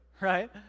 right